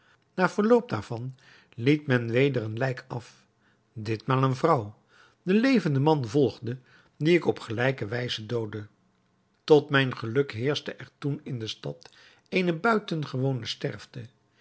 na verloop daarvan liet men weder een lijk af ditmaal eene vrouw de levende man volgde die ik op gelijke wijze doodde tot mijn geluk heerschte er toen in de stad eene buitengewone sterfte